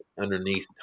underneath